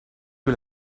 que